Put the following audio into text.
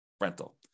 rental